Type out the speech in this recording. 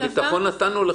אתם כתבתם את